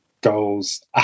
goals